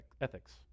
ethics